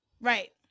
Right